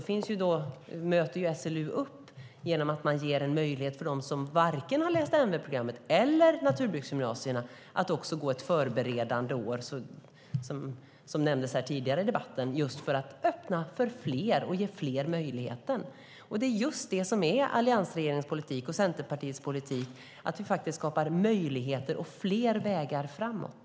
SLU ger också en möjlighet för dem som varken har läst NV-programmet eller gått på naturbruksgymnasium att gå ett förberedande år, som nämndes här tidigare i debatten, för att ge fler den möjligheten. Det är just alliansregeringens och Centerpartiets politik att vi skapar möjligheter och fler vägar framåt.